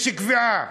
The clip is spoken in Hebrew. יש קביעה,